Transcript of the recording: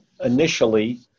Initially